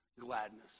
gladness